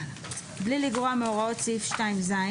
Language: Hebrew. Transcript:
(ה)בלי לגרוע מהוראות סעיף 2(ז),